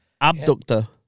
Abductor